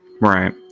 Right